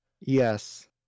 Yes